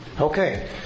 Okay